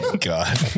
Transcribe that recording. God